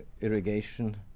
irrigation